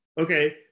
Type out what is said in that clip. okay